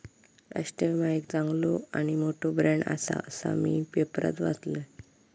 राष्ट्रीय विमा एक चांगलो आणि मोठो ब्रँड आसा, असा मी पेपरात वाचलंय